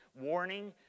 warning